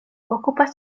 okupas